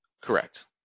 Correct